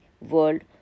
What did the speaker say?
world